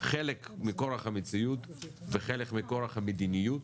חלק מכורח המציאות וחלק מכורח המדיניות